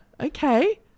okay